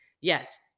yes